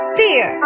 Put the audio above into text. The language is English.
fear